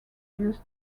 used